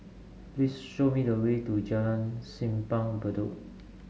please show me the way to Jalan Simpang Bedok